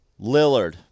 Lillard